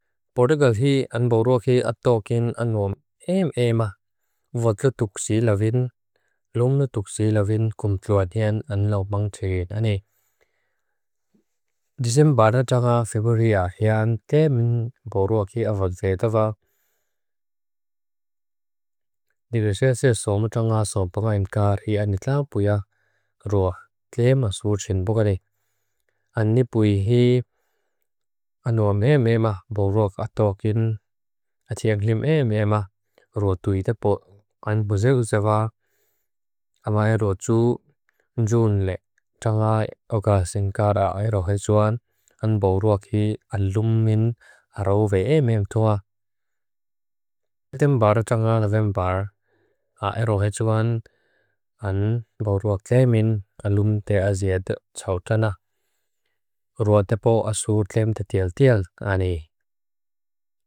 Podigal hi an boruak i atokin anuam eam eama vatla tuxila vin, longla tuxila vin kum tlua dian an laubang tegin ane. Disembaratanga feburia hi an teamin boruak i avadvetava. Nirisease somutanga sompaga inkar hi ani tlaa buia roa tleem swurchin bukane. An nipui hi anuam eama eama boruak atokin atiang lim eama roa tuita pot. An buzeu zeva amaeroju njunle tanga oga sengkara aerohetuan an boruak hi alum min hara uve eama emtoa. Disembaratanga lavenbar aerohetuan an boruak leemin alum te azied tsautana. Roa tepo asur leem tetiel-tiel ani.